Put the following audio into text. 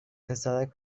پسرک